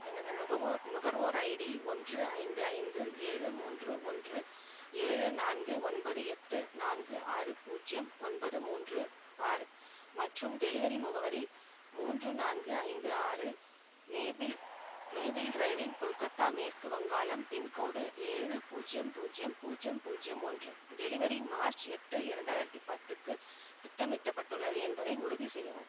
எனது நுகர்வோர் நுகர்வோர் ஐடி ஒன்று ஐந்து ஐந்து ஏழு மூன்று ஒன்று ஏழு நான்கு ஒன்பது எட்டு நான்கு ஆறு பூஜ்யம் ஒன்பது மூன்று ஆறு மற்றும் டெலிவரி முகவரி மூன்று நான்கு ஐந்து ஆறு மேபிள் மேபிள் ட்ரைவிங் கொல்கத்தா மேற்கு வங்காளம் பின்கோடு ஏழு பூஜ்யம் பூஜ்யம் பூஜ்யம் பூஜ்யம் ஒன்று டெலிவரி மார்ச் எட்டு இரண்டாயிரத்தி பத்துக்கு திட்டமிட்டப்பட்டுள்ளது என்பதை உறுதி செய்யவும்